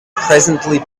presently